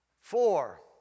four